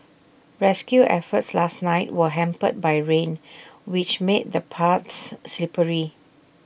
rescue efforts last night were hampered by rain which made the paths slippery